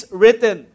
written